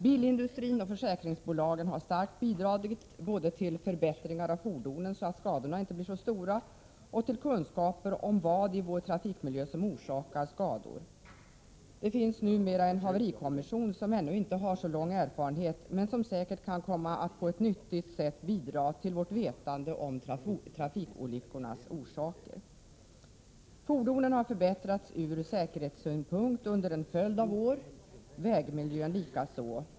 Bilindustrin och försäkringsbolagen har starkt bidragit både till förbättringar av fordonen, så att skadorna inte blir så stora, och till kunskaper om vad i vår trafikmiljö som orsakar skador. Det finns numera en haverikommission, som ännu inte har så lång erfarenhet men som säkert kan komma att på ett nyttigt sätt bidra till vårt vetande om trafikolyckornas orsaker. Fordonen har förbättrats ur säkerhetssynpunkt under en följd av år, vägmiljön likaså.